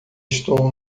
estou